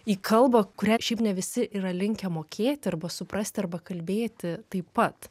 į kalbą kurią ar šiaip ne visi yra linkę mokėti arba suprasti arba kalbėti taip pat